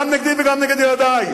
גם נגדי וגם נגד ילדי.